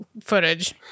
footage